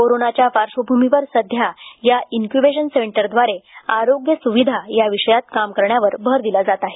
कोरोनाच्या पार्श्वभूमीवर सध्या या इनक्यूबेशन सेंटरद्वारे आरोग्य सुविधा या विषयात काम करण्यावर भर दिला जात आहे